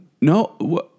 no